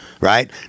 Right